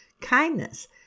kindness